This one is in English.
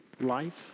life